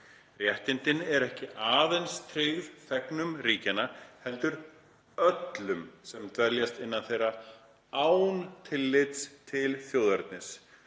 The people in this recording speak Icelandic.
Réttindin eru ekki aðeins tryggð þegnum ríkjanna, heldur öllum, sem dveljast innan þeirra og án tillits til þjóðernis,